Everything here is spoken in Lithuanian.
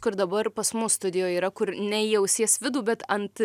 kur dabar pas mus studijoj yra kur ne į ausies vidų bet ant